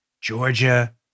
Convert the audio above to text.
Georgia